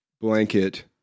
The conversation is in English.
blanket